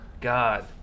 God